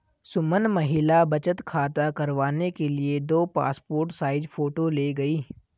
सुमन महिला बचत खाता करवाने के लिए दो पासपोर्ट साइज फोटो ले गई